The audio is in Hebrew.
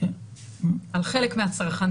על חלק מהצרכנים.